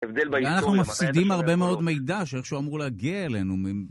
אנחנו מפסידים הרבה מאוד מידע שאיכשהו אמור להגיע אלינו